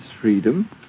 freedom